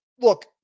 Look